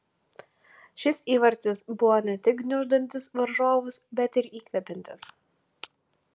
šis įvartis buvo ne tik gniuždantis varžovus bet ir įkvepiantis